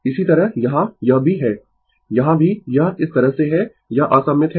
इसी तरह यहाँ यह भी है यहाँ भी यह इस तरह से है यह असममित है